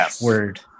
word